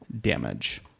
damage